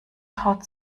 traut